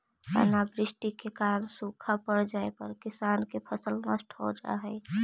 अनावृष्टि के कारण सूखा पड़ जाए पर किसान के फसल नष्ट हो जा हइ